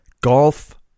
golf